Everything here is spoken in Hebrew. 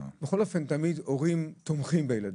בכל אופן תמיד הורים תומכים בילדים,